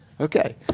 Okay